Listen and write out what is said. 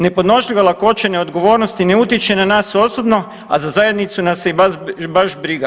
Nepodnošljiva lakoća neodgovornosti ne utječe na nas osobno, a za zajednicu nas se i baš briga.